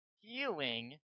healing